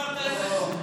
לומר את האמת.